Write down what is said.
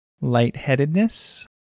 Lightheadedness